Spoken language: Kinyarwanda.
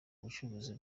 bucuruzi